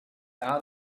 out